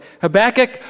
Habakkuk